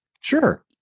Sure